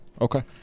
Okay